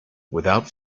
without